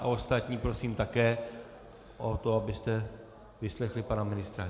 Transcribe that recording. Ostatní prosím také o to, abyste vyslechli pana ministra.